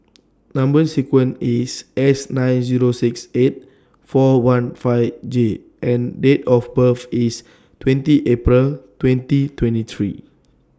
Number sequence IS S nine Zero six eight four one five J and Date of birth IS twenty April twenty twenty three